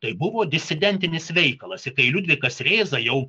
tai buvo disidentinis veikalas ir kai liudvikas rėza jau